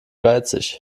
geizig